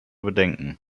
bedenken